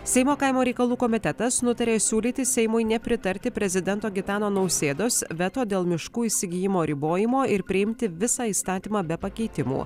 seimo kaimo reikalų komitetas nutarė siūlyti seimui nepritarti prezidento gitano nausėdos veto dėl miškų įsigijimo ribojimo ir priimti visą įstatymą be pakeitimų